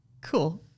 Cool